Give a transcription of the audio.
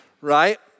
right